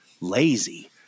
lazy